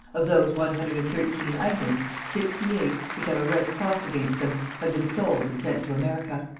of those one hundred and thirteen items, sixty-eight, which have a red cross against them, have been sold and sent to america.